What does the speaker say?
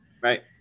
Right